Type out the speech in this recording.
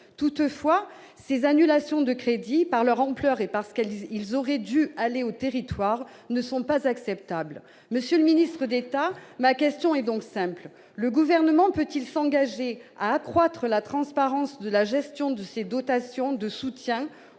Toutefois, ces annulations de crédits, par leur ampleur et parce que ces crédits auraient dû revenir aux territoires, ne sont pas acceptables. Monsieur le ministre d'État, ma question est donc simple : le Gouvernement peut-il s'engager à accroître la transparence de la gestion de ces dotations de soutien